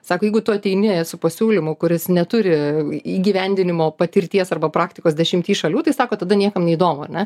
sako jeigu tu ateini su pasiūlymu kuris neturi įgyvendinimo patirties arba praktikos dešimty šalių tai sako tada niekam neįdomu ar ne